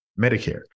Medicare